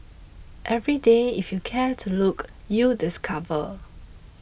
every day if you care to look you discover